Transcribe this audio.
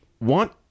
want